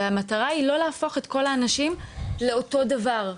המטרה היא לא להפוך את כל האנשים לאותו הדבר,